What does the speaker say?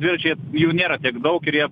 dviračiai jų nėra tiek daug ir jie